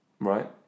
Right